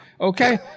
okay